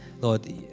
Lord